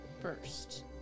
First